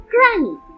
Granny